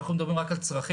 אנחנו מדברים רק על צרכים,